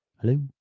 Hello